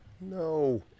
No